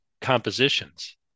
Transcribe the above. compositions